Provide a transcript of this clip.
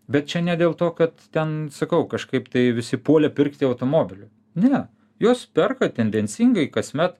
bet čia ne dėl to kad ten sakau kažkaip tai visi puolė pirkti automobilių ne juos perka tendencingai kasmet